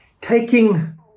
Taking